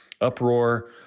uproar